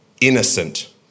innocent